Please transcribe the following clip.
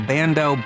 Bando